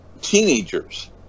teenagers